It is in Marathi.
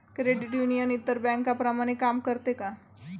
क्रेडिट युनियन इतर बँकांप्रमाणे काम करते का?